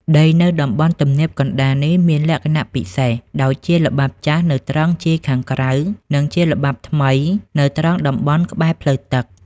ដីនៅតំបន់ទំនាបកណ្ដាលនេះមានលក្ខណៈពិសេស ដោយជាល្បាប់ចាស់នៅត្រង់ជាយខាងក្រៅ និងជាល្បាប់ថ្មីនៅត្រង់តំបន់ក្បែរផ្លូវទឹក។